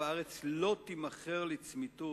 והארץ לא תימכר לצמיתות,